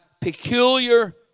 peculiar